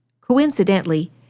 Coincidentally